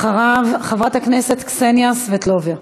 אחריו, חברת הכנסת קסניה סבטלובה.